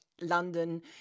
London